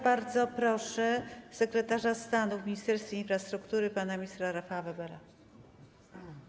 Bardzo proszę sekretarza stanu w Ministerstwie Infrastruktury pana ministra Rafała Webera.